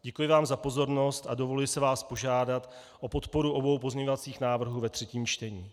Děkuji vám za pozornost a dovoluji si vás požádat o podporu obou pozměňovacích návrhů ve třetím čtení.